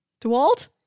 DeWalt